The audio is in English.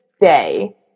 day